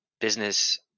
business